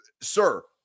sir